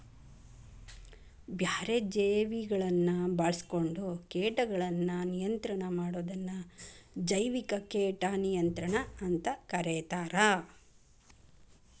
ಬ್ಯಾರೆ ಜೇವಿಗಳನ್ನ ಬಾಳ್ಸ್ಕೊಂಡು ಕೇಟಗಳನ್ನ ನಿಯಂತ್ರಣ ಮಾಡೋದನ್ನ ಜೈವಿಕ ಕೇಟ ನಿಯಂತ್ರಣ ಅಂತ ಕರೇತಾರ